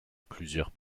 plusieurs